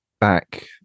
back